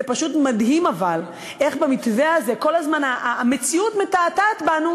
זה פשוט מדהים אבל איך במתווה הזה כל הזמן המציאות מתעתעת בנו,